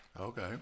Okay